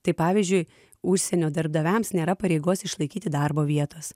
tai pavyzdžiui užsienio darbdaviams nėra pareigos išlaikyti darbo vietos